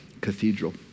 cathedral